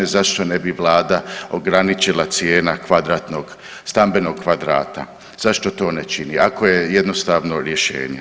Zašto ne bi vlada ograničila cijene kvadratnog, stambenog kvadrata, zašto to ne čini ako je jednostavno rješenje?